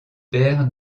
perd